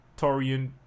Torian